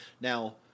Now